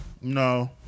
No